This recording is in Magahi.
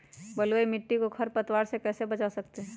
बलुई मिट्टी को खर पतवार से कैसे बच्चा सकते हैँ?